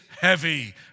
heavy